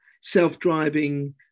self-driving